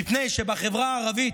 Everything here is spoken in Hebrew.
מפני שבחברה הערבית,